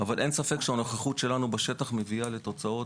אין ספק שהנוכחות שלנו בשטח מביאה לתוצאות,